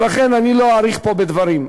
ולכן, אני לא אאריך פה בדברים.